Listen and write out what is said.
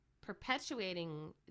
perpetuating